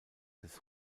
des